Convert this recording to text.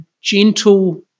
gentle